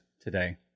today